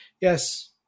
Yes